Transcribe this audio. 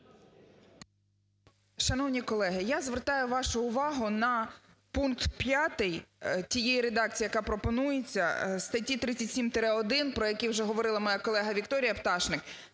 Шановні колеги, я звертаю вашу увагу на пункт 5 тієї редакції, яка пропонується, статті 37-1, про які вже говорила моя колега Вікторія Пташник.